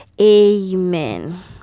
Amen